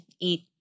eat